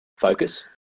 focus